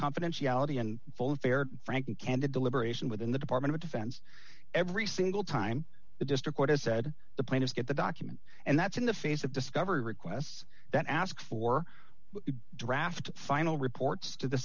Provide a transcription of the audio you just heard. confidentiality and full fair frank and candid deliberation within the department of defense every single time the district has said the plaintiffs get the documents and that's in the phase of discovery requests that ask for draft final reports to the